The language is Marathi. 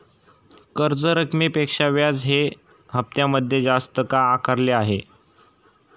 कर्ज रकमेपेक्षा व्याज हे हप्त्यामध्ये जास्त का आकारले आहे?